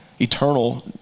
eternal